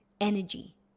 energy